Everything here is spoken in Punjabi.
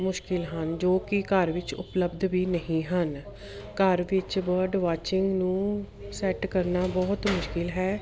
ਮੁਸ਼ਕਲ ਹਨ ਜੋ ਕਿ ਘਰ ਵਿੱਚ ਉਪਲਬਧ ਵੀ ਨਹੀਂ ਹਨ ਘਰ ਵਿੱਚ ਬਰਡ ਵਾਚਿੰਗ ਨੂੰ ਸੈਟ ਕਰਨਾ ਬਹੁਤ ਮੁਸ਼ਕਲ ਹੈ